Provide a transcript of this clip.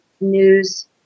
News